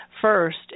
First